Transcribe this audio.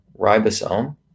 ribosome